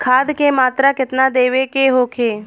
खाध के मात्रा केतना देवे के होखे?